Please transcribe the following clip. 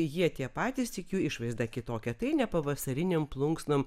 jie tie patys tik jų išvaizda kitokia tai ne pavasarinėm plunksnom